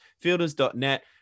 fielders.net